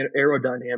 aerodynamics